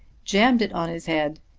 jammed it on his head,